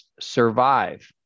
survive